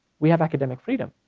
we have academic freedom,